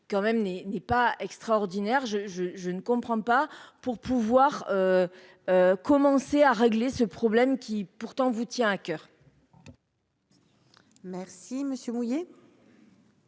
quand même n'est n'est pas extraordinaire je je je ne comprends pas, pour pouvoir commencer à régler ce problème qui pourtant vous tient à coeur. Merci Monsieur